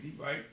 right